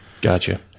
Gotcha